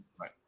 right